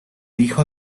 hijo